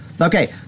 okay